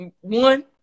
one